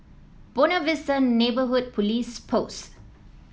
Buona Vista Neighbourhood Police Post